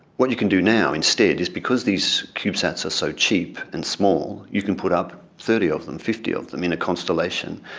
what you can do now instead is because these cubesats are so cheap and small, you can put up thirty of them, fifty of them in a constellation.